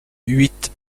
huit